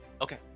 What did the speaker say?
okay